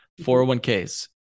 401ks